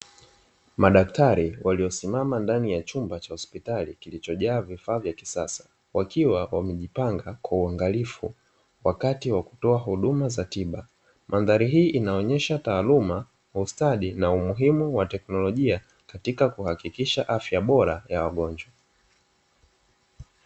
Madaktari waliosimama ndani ya chumba cha hospitali kilichojaa vifaa vya kisasa, wakiwa wamejipanga kwa uangalifu, wakati wa kutoa huduma za tiba, mandhari hii inaonyesha taaluma, ustadi, na umuhimu wa teknolojia katika kuhakikisha afya bora ya wagonjwa.